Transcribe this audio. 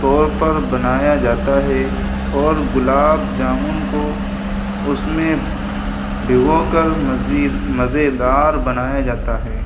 طور پر بنایا جاتا ہے اور گلاب جامن کو اس میں بھگو کر مزید مزیدار بنایا جاتا ہے